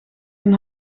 een